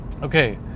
okay